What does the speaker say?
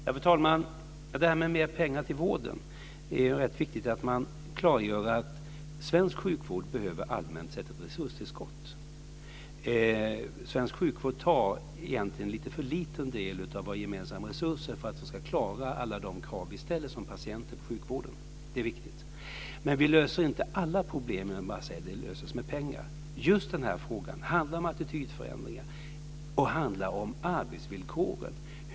Fru talman! När det gäller mer pengar till vården är det viktigt att man klargör att svensk sjukvård allmänt sett behöver ett resurstillskott. Svensk sjukvård tar egentligen lite för liten del av våra gemensamma resurser för att man ska klara alla de krav som vi som patienter ställer på sjukvården. Det är viktigt. Men vi löser inte att alla problem med pengar. Just den här frågan handlar om attitydförändringar och arbetsvillkoren.